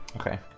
Okay